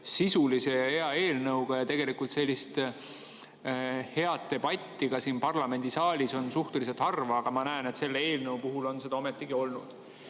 sisulise ja hea eelnõuga. Ja tegelikult sellist head debatti ka siin parlamendisaalis on suhteliselt harva, aga ma näen, et selle eelnõu puhul on seda olnud. Ometigi me